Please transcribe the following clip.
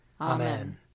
Amen